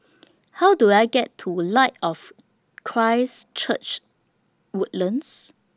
How Do I get to Light of Christ Church Woodlands